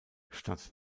statt